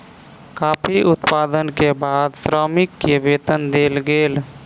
coffee उत्पादन के बाद श्रमिक के वेतन देल गेल